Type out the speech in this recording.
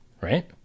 right